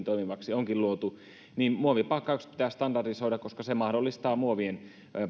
toimivaksi onkin luotu niin muovipakkaukset pitää standardisoida koska se mahdollistaa muovien